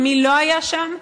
ומי לא היה שם,